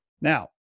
Now